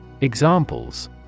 Examples